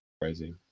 crazy